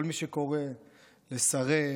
כל מי שקורא לסרב,